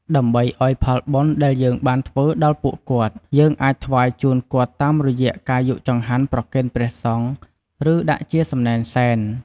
ដើម្បីឲ្យផលបុណ្យដែលយើងបានធ្វើដល់ពួកគាត់ យើងអាចថ្វាយជូនគាត់តាមរយៈការយកចង្ហាន់ប្រគេនព្រះសង្ឃ ឬដាក់ជាសំណែនសែន។